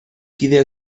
kidea